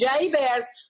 Jabez